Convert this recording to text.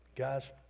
guys